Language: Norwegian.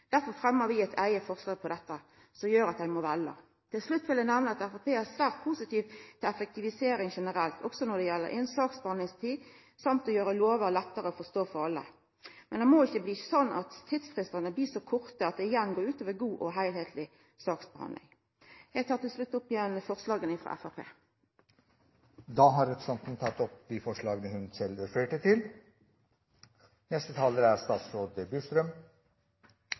Derfor fremjar vi eit eige forslag om dette som gjer at ein må velja. Til slutt vil eg nemna at Framstegspartiet er svært positiv til effektivisering generelt, også når det gjeld saksbehandlingstid, samt å gjera lovar lettare å forstå for alle. Men det må ikkje bli sånn at tidsfristen blir så kort at det igjen går ut over god og heilskapleg saksbehandling. Eg tek til slutt opp forslaga frå Framstegspartiet. Da har representanten Laila Marie Reiertsen tatt opp